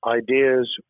ideas